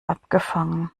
abgefangen